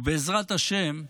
ובעזרת השם,